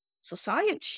society